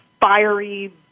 fiery